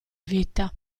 vita